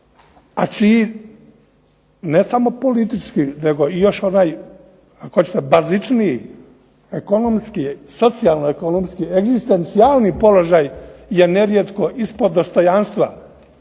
a čiji ne samo politički nego i još onaj bazičniji, ekonomskiji, socijalno ekonomskiji, egzistencijalni položaj je nerijetko ispod dostojanstva,